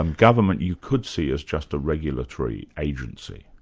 um government you could see as just a regulatory agency.